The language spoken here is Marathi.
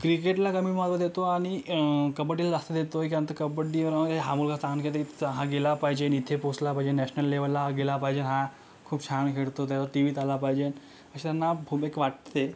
क्रिकेटला कमी महत्व देतो आणि कबड्डीला जास्त देतो आहे कारण तर कबड्डी हा मुलगा चांगलं खेळते हा गेला पाहिजेन इथे पोहचला पाहिजेन नॅशनल लेवलला हा गेला पाहिजे हा खूप छान खेळतो त्याला टीव्हीत आला पाहिजेन अशांना फुबिक वाटते